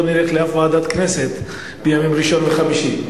נלך לאף ועדת כנסת בימים ראשון וחמישי.